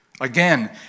Again